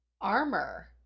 armor